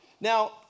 Now